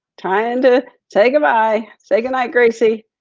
time to say goodbye. say goodnight, gracie,